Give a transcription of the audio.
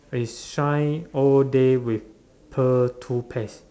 is shine all day with pearl toothpaste